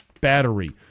battery